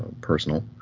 personal